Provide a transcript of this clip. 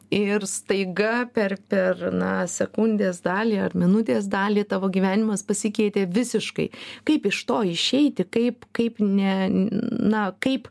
ir staiga per per na sekundės dalį ar minutės dalį tavo gyvenimas pasikeitė visiškai kaip iš to išeiti kaip kaip ne na kaip